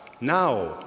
now